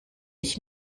ich